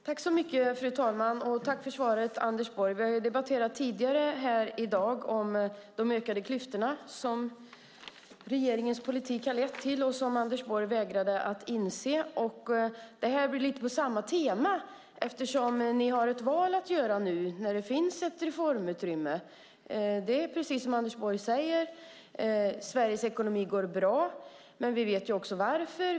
Fru talman! Tack, Anders Borg, för svaret. Vi har tidigare i dag debatterat de ökade klyftor som regeringens politik har lett till och som Anders Borg vägrade att inse. Det här blir en debatt på samma tema eftersom ni har ett val att göra nu när det finns ett reformutrymme. Som Anders Borg säger går Sveriges ekonomi bra. Vi vet varför.